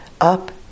up